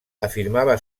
afirmava